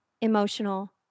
emotional